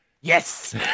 Yes